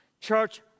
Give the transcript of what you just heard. Church